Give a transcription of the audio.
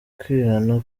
kwihana